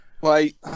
Wait